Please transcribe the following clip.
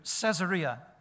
Caesarea